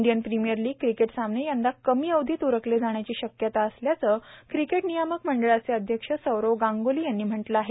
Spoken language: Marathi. इंडियन प्रिमियर लीग क्रिकेट सामने यंदा कमी अवधित उरकले जाण्याची शक्यता असल्याचं क्रिकेट नियामक मंडळाचे अध्यक्ष सौरव गांग्ली यांनी म्हटले आहे